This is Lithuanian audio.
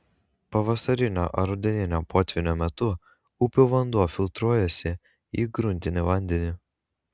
pavasarinio ar rudeninio potvynio metu upių vanduo filtruojasi į gruntinį vandenį